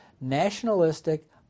nationalistic